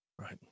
Right